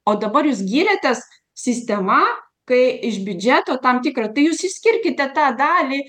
o dabar jūs gyriatės sistema kai iš biudžeto tam tikrą tai jūs išskirkite tą dalį